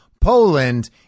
Poland